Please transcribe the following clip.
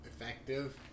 effective